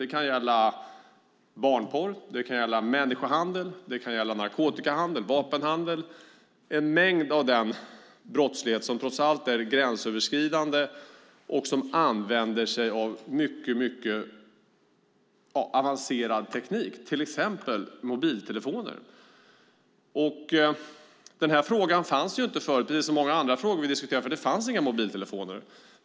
Det kan gälla barnporr, människohandel, narkotikahandel eller vapenhandel - en mängd av den brottslighet som trots allt är gränsöverskridande och som använder sig av mycket avancerad teknik, till exempel mobiltelefoner. Precis som många andra frågor vi diskuterar fanns inte den här frågan förut, för det fanns inga mobiltelefoner.